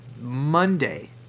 Monday